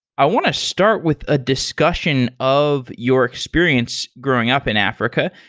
i want to start with a discussion of your experience growing up in africa.